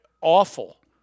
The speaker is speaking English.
awful